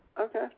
Okay